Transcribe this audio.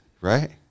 Right